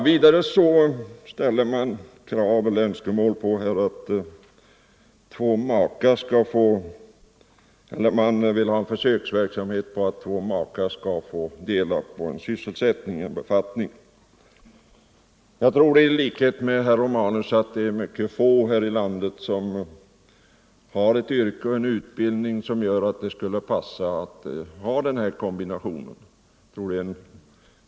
Vidare vill man ha försöksverksamhet med en ordning som innebär att två makar skall få dela på en befattning. Jag tror i likhet med herr Romanus att det är en mycket liten procent av arbetstagarna här i landet som har ett yrke och en utbildning som gör att det skulle passa att ha denna kombination.